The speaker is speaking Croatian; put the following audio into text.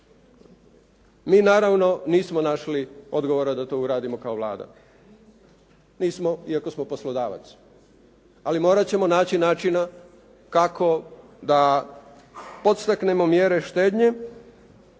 Mi naravno nismo našli odgovora da to uradimo kao Vlada, nismo iako smo poslodavac. Ali morati ćemo naći načina kako da podsteknemo mjere štednje,